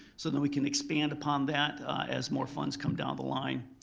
so then we can expand upon that as more funds come down the line.